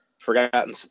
Forgotten